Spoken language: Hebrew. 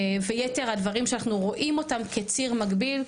ויתר הדברים שאנחנו רואים אותם כציד מקביל,